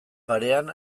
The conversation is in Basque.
parean